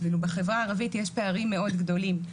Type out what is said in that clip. ואילו בחברה הערבית יש פערים מאוד גדולים.